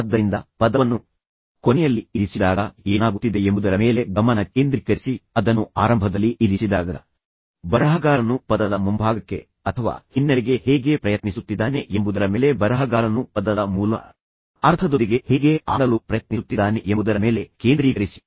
ಆದ್ದರಿಂದ ಪದವನ್ನು ಕೊನೆಯಲ್ಲಿ ಇರಿಸಿದಾಗ ಏನಾಗುತ್ತಿದೆ ಎಂಬುದರ ಮೇಲೆ ಗಮನ ಕೇಂದ್ರೀಕರಿಸಿ ಅದನ್ನು ಆರಂಭದಲ್ಲಿ ಇರಿಸಿದಾಗ ಬರಹಗಾರನು ಪದದ ಮುಂಭಾಗಕ್ಕೆ ಅಥವಾ ಹಿನ್ನೆಲೆಗೆ ಹೇಗೆ ಪ್ರಯತ್ನಿಸುತ್ತಿದ್ದಾನೆ ಎಂಬುದರ ಮೇಲೆ ಬರಹಗಾರನು ಪದದ ಮೂಲ ಅರ್ಥದೊಂದಿಗೆ ಹೇಗೆ ಆಡಲು ಪ್ರಯತ್ನಿಸುತ್ತಿದ್ದಾನೆ ಎಂಬುದರ ಮೇಲೆ ಕೇಂದ್ರೀಕರಿಸಿ